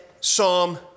Psalm